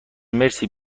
مرسی